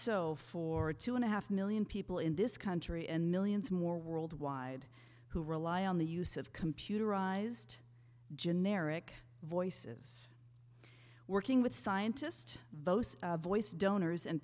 so for two and a half million people in this country and millions more worldwide who rely on the use of computerized generic voices working with scientist those voice donors